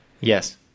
Yes